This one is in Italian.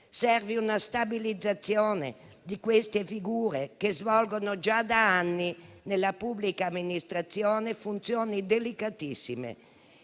Serve una stabilizzazione di queste figure che svolgono già da anni nella pubblica amministrazione funzioni delicatissime.